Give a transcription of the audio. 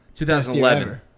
2011